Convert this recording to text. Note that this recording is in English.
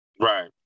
Right